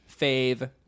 fave